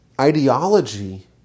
ideology